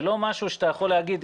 זה לא משהו שאתה יכול להגיד,